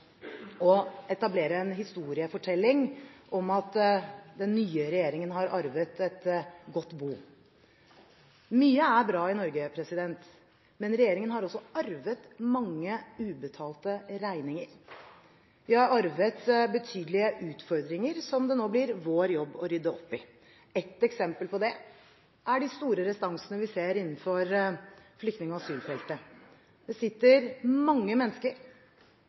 bra i Norge, men regjeringen har også arvet mange ubetalte regninger. Vi har arvet betydelige utfordringer som det nå blir vår jobb å rydde opp i. Et eksempel på det er de store restansene vi ser innenfor flyktning- og asylfeltet. Det sitter mange mennesker